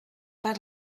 per